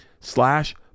slash